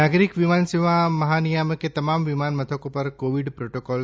નાગરિક વિમાનસેવા મહાનિયામકે તમામ વિમાન મથકો પર કોવીડ પ્રોટોકોલ